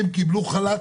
הם קיבלו חל"ת?